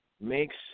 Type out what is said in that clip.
makes